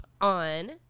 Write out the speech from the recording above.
on